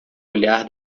olhar